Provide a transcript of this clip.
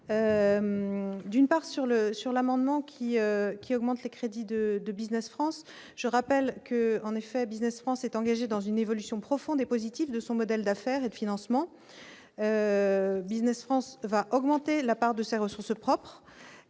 sur le, sur l'amendement qui qui augmente les crédits de de Business France je rappelle que, en effet, Business France est engagée dans une évolution profonde et positive de son modèle d'affaires et de financement Business France va augmenter la part de ses ressources propres